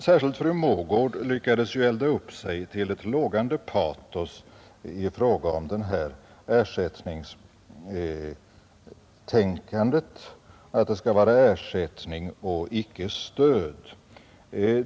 Särskilt fru Mogård lyckades ju elda upp sig till ett lågande patos i fråga om det här ersättningstänkandet — att det skall vara ersättning och icke stöd.